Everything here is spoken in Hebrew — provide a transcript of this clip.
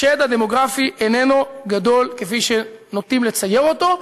השד הדמוגרפי איננו גדול כפי שנוטים לצייר אותו.